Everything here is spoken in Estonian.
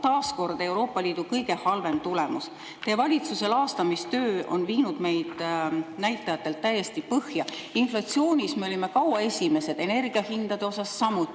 taas kord Euroopa Liidu kõige halvem tulemus. Teie valitsuse laastamistöö on viinud meid näitajatelt täiesti põhja. Inflatsioonis me olime kaua esimesed, energiahindade poolest samuti